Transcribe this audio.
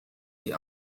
die